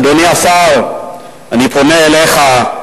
אדוני השר, אני פונה אליך.